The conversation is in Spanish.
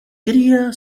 cría